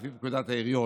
לפי פקודת העיריות,